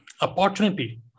opportunity